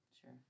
Sure